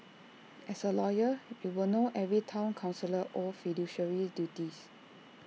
as A lawyer you will know every Town councillor owes fiduciary duties